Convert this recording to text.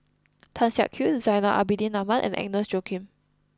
Tan Siak Kew Zainal Abidin Ahmad and Agnes Joaquim